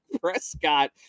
Prescott